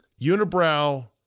Unibrow